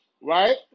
Right